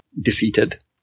defeated